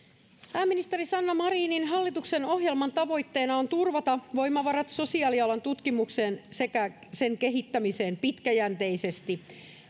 pääministeri sanna marinin hallituksen ohjelman tavoitteena on turvata voimavarat sosiaalialan tutkimukseen sekä sen kehittämiseen pitkäjänteisesti